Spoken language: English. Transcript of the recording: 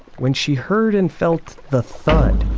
when she heard and felt the thud